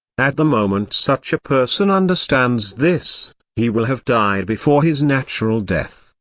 at the moment such a person understands this, he will have died before his natural death,